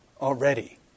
already